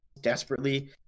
desperately